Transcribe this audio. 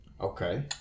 Okay